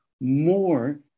more